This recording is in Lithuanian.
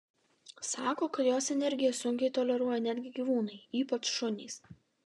sako kad jos energiją sunkiai toleruoja netgi gyvūnai ypač šunys